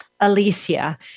Alicia